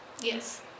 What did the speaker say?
Yes